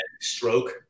stroke